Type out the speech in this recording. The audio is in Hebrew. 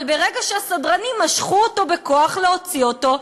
אבל ברגע שהסדרנים משכו אותו בכוח כדי להוציא אותו,